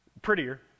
prettier